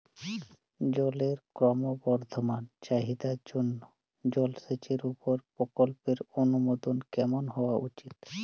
জলের ক্রমবর্ধমান চাহিদার জন্য জলসেচের উপর প্রকল্পের অনুমোদন কেমন হওয়া উচিৎ?